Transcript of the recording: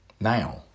Now